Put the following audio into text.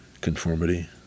conformity